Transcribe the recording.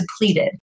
depleted